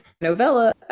Novella